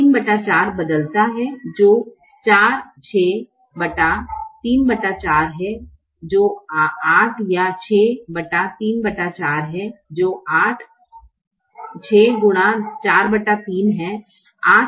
3 34 बदलता है जो 4 है 6 43 है जो 8 है या 6 34 जो 8 है 6x 43 जो 8 है